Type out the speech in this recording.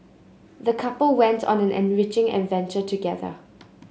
the couple went on an enriching adventure together